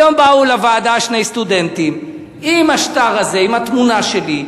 היום באו לוועדה שני סטודנטים עם השטר הזה עם התמונה שלי,